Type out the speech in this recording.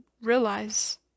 realize